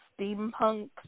steampunk